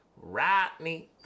Rodney